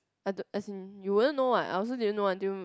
I don't as in you will know what I also didn't know until